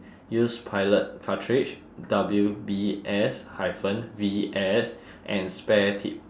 use pilot cartridge W B S hyphen V S and spare tip